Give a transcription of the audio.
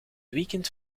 weekend